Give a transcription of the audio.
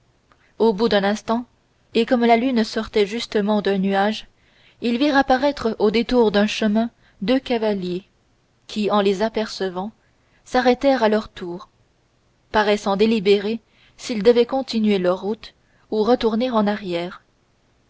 au bout d'un instant et comme la lune sortait justement d'un nuage ils virent apparaître au détour d'un chemin deux cavaliers qui en les apercevant s'arrêtèrent à leur tour paraissant délibérer s'ils devaient continuer leur route ou retourner en arrière